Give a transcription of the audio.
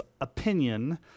opinion